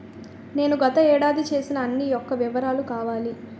నేను గత ఏడాది చేసిన అన్ని యెక్క వివరాలు కావాలి?